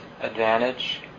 advantage